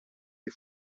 les